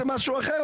זה משהו אחר,